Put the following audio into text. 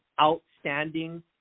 outstanding